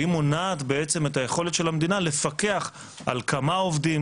והיא מונעת בעצם את היכולת של המדינה לפקח על כמה עובדים